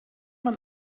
man